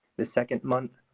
the second month,